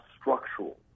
structural